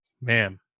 ma'am